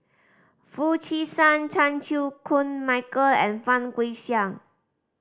Foo Chee San Chan Chew Koon Michael and Fang Guixiang